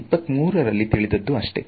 1823 ತಿಳಿದದ್ದು ಅಷ್ಟೇ